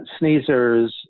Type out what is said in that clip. Sneezers